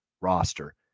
roster